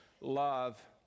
Love